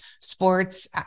sports